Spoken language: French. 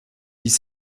dix